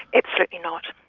absolutely not.